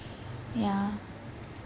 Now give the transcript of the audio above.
ya